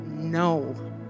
No